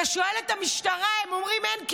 אתה שואל את המשטרה, והם אומרים: אין כלים.